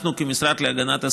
אנחנו כמשרד להגנת הסביבה,